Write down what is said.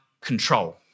control